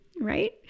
right